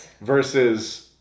versus